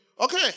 Okay